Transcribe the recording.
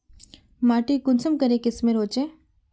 माटी कुंसम करे किस्मेर होचए?